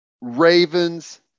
Ravens